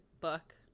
book